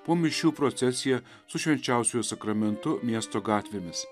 po mišių procesija su švenčiausiuoju sakramentu miesto gatvėmis